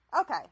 Okay